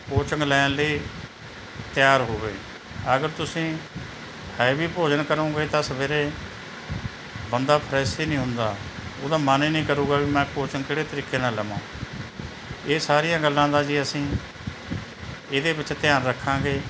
coaching ਲੈਣ ਲਈ ਤਿਆਰ ਹੋਵੇ ਅਗਰ ਤੁਸੀਂ ਹੈਵੀ ਭੋਜਨ ਕਰੋਗੇ ਤਾਂ ਸਵੇਰੇ ਬੰਦਾ ਫਰੈੱਸ ਹੀ ਨਹੀਂ ਹੁੰਦਾ ਉਹਦਾ ਮਨ ਹੀ ਨਹੀਂ ਕਰੇਗਾ ਵੀ ਮੈਂ ਕੋਚਿੰਗ ਕਿਹੜੇ ਤਰੀਕੇ ਨਾਲ ਲਵਾਂ ਇਹ ਸਾਰੀਆਂ ਗੱਲਾਂ ਦਾ ਜੀ ਅਸੀਂ ਇਹਦੇ ਵਿੱਚ ਧਿਆਨ ਰੱਖਾਂਗੇ